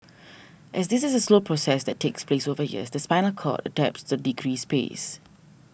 as this is a slow process takes place over years the spinal cord adapts to the decreased space